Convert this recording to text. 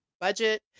budget